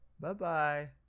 bye-bye